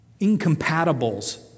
incompatibles